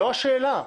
זו השאלה.